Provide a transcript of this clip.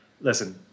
listen